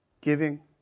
giving